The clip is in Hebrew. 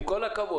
עם כל הכבוד.